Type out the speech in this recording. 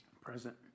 Present